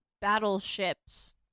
battleships